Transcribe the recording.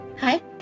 Hi